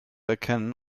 erkennen